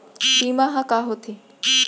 बीमा ह का होथे?